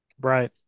right